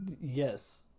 Yes